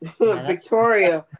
Victoria